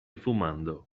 fumando